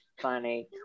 funny